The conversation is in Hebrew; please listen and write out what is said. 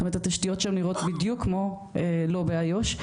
זאת אומרת התשתיות שם נראות בדיוק כמו לא באיו"ש.